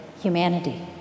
humanity